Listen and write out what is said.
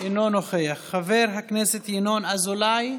אינו נוכח, חבר הכנסת ינון אזולאי,